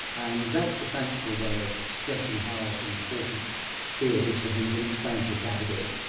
and that's a fanciful way of stressing how important fear is for him as an explanatory category.